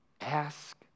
Ask